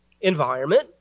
environment